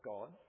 God